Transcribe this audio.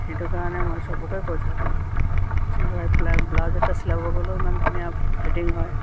সেইটো কাৰণে মই চবকে কৈ থাকোঁ চিলোৱাই পেলাই ব্লাউজ এটা চিলাব গ'লে ইমান ধুনীয়া ফিটিঙ হয়